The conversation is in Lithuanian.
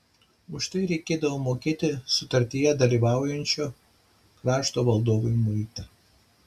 už tai reikėdavo mokėti sutartyje dalyvaujančio krašto valdovui muitą